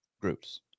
groups